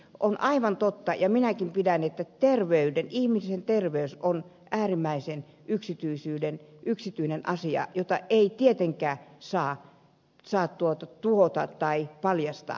on aivan totta ja minäkin pidän että ihmisen terveys on äärimmäisen yksityinen asia jota ei tietenkään saa tuhota tai paljastaa